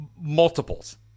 Multiples